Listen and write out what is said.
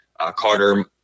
Carter